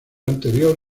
anterior